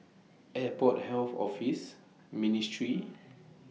Airport Health Office Ministry